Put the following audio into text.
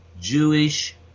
Jewish